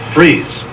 Freeze